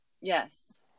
Yes